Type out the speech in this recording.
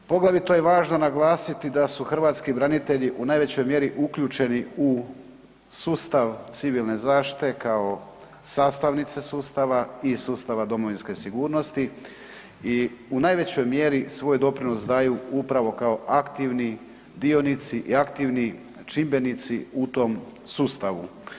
Poglavito je važno naglasiti da su hrvatski branitelji u najvećoj mjeri uključeni u sustav civilne zaštite kao sastavnice sustava i sustava domovinske sigurnosti i u najvećoj mjeri svoj doprinos daju upravo kao aktivni dionici i aktivni čimbenici u tom sustavu.